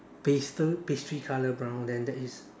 pastel pastry colour brown then that is